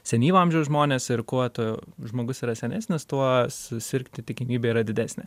senyvo amžiaus žmonės ir kuo tu žmogus yra senesnis tuo susirgti tikimybė yra didesnė